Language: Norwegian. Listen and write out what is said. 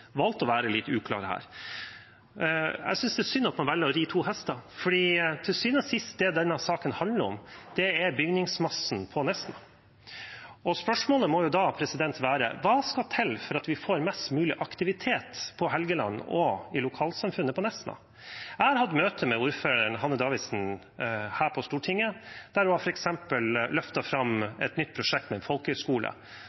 valgt å være litt uklare her. Jeg synes det er synd at man velger å ri to hester, for det denne saken til syvende og sist handler om, er bygningsmassen på Nesna. Spørsmålet må da være: Hva skal til for at vi får mest mulig aktivitet på Helgeland og i lokalsamfunnet på Nesna? Jeg har hatt møte med ordføreren, Hanne Davidsen, her på Stortinget, der hun